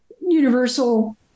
Universal